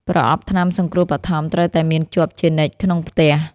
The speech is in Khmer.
ប្រអប់ថ្នាំសង្គ្រោះបឋមត្រូវតែមានជាប់ជានិច្ចក្នុងផ្ទះ។